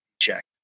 check